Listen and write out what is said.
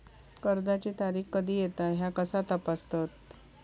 कर्जाची तारीख कधी येता ह्या कसा तपासतत?